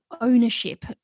ownership